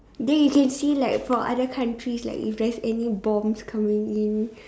then you can see like from other countries like if there's any bombs coming in